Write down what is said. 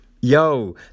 yo